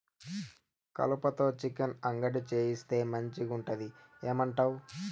కలుపతో చికెన్ అంగడి చేయిస్తే మంచిగుంటది ఏమంటావు